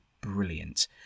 brilliant